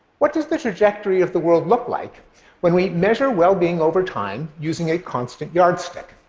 what does the trajectory of the world look like when we measure well-being over time using a constant yardstick?